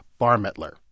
Barmettler